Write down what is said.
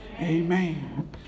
Amen